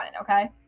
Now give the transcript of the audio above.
Okay